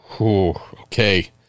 okay